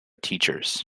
teachers